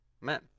Men